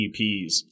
EPs